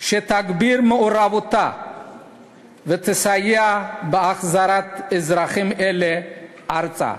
שתגביר מעורבותה ותסייע בהחזרת אזרחים אלה ארצה.